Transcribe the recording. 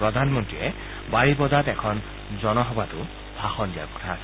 প্ৰধানমন্ত্ৰীয়ে বড়িপাদাত এখন জনসভাতো ভাষণ দিয়াৰ কথা আছে